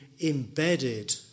embedded